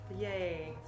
yay